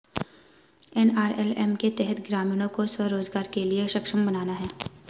NRLM के तहत ग्रामीणों को स्व रोजगार के लिए सक्षम बनाना है